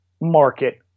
market